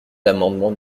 l’amendement